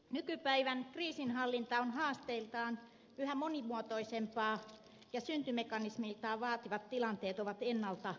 nykypäivän kriisinhallinta on haasteiltaan yhä monimuotoisempaa ja syntymekanismiltaan vaativat tilanteet ovat ennalta aavistamattomia